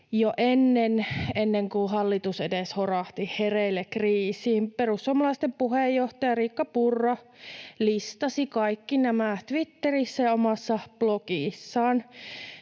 jo ennen kuin hallitus edes horahti hereille kriisiin. Perussuomalaisten puheenjohtaja Riikka Purra listasi kaikki nämä Twitterissä ja omassa blogissaan.